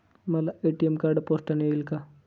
मला ATM card पोस्टाने येईल का?